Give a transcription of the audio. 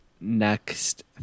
next